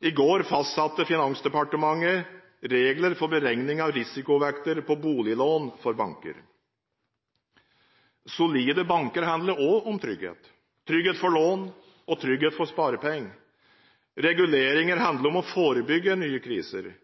I går fastsatte Finansdepartementet regler for beregning av risikovekter på boliglån for banker. Solide banker handler også om trygghet – trygghet for lån og trygghet for sparepenger. Reguleringer handler om å forebygge nye kriser.